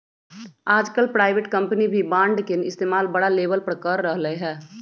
आजकल private company भी bond के इस्तेमाल बड़ा लेवल पर कर रहले है